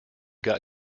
got